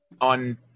On